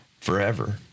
forever